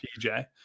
pj